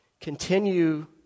continue